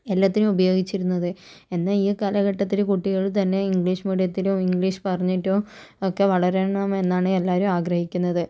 എല്ലാത്തിനും ഉപയോഗിച്ചിരുന്നത് എന്നാൽ ഈ കാലഘത്തിൽ കുട്ടികൾ തന്നെ ഇംഗ്ലീഷ് മീഡിയത്തിലോ ഇംഗ്ലീഷ് പറഞ്ഞിട്ടൊ ഒക്കെ വളരണമെന്നാണ് എല്ലാവരും ആഗ്രഹിക്കുന്നത്